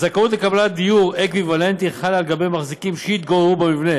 הזכאות לקבלת דיור אקוויוולנטי חלה לגבי מחזיקים שהתגוררו במבנה